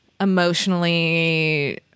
emotionally